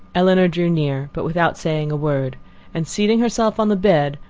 elinor drew near, but without saying a word and seating herself on the bed,